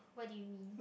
what did you mean